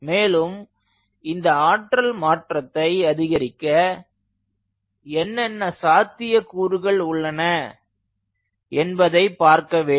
மேலும் இந்த ஆற்றல் மாற்றத்தை அதிகரிக்க என்னென்ன சாத்தியக்கூறுகள் உள்ளன என்பதை பார்க்க வேண்டும்